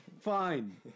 fine